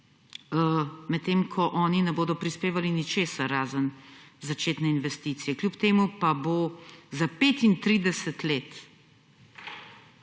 medtem ko oni ne bodo prispevali ničesar, razen začetne investicije. Kljub temu pa bo za 35 let